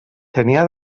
tenia